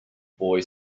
boy